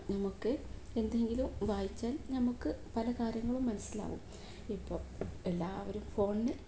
നമുക്ക് എന്തെങ്കിലും വായിച്ചാൽ നമുക്ക് പല കാര്യങ്ങളും മനസ്സിലാകും ഇപ്പോൾ എല്ലാവരും ഫോണിൽ